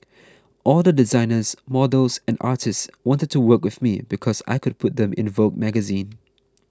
all the designers models and artists wanted to work with me because I could put them in a Vogue magazine